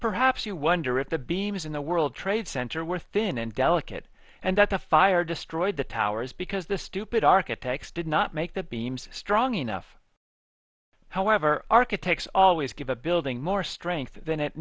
perhaps you wonder if the beams in the world trade center were thin and delicate and that the fire destroyed the towers because the stupid architects did not make the beams strong enough however architects always give a building more strength than it